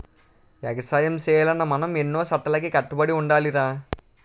ఎగసాయం సెయ్యాలన్నా మనం ఎన్నో సట్టాలకి కట్టుబడి ఉండాలిరా